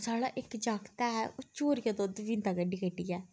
साढ़ा इक जागत ऐ ओह् चोरियै दुद्ध पींदा कड्डी कड्डियै